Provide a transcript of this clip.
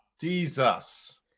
Jesus